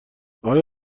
آقای